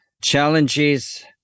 Challenges